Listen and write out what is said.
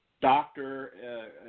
Doctor